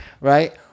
Right